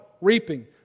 reaping